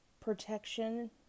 protection